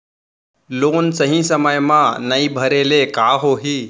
Loan सही समय मा नई भरे ले का होही?